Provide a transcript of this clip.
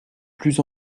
plus